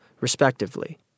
respectively